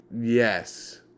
yes